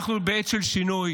אנחנו בעת של שינוי,